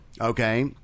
Okay